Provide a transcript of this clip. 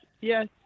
yes